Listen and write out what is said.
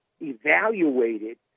evaluated